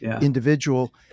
individual